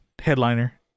headliner